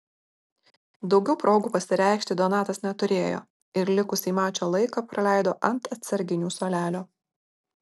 daugiau progų pasireikšti donatas neturėjo ir likusį mačo laiką praleido ant atsarginių suolelio